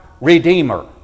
Redeemer